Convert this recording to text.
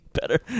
better